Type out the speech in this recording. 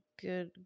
good